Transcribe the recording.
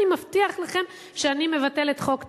אני מבטיח לכם שאני מבטל את חוק טל,